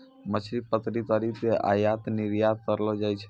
मछली पकड़ी करी के आयात निरयात करलो जाय छै